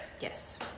yes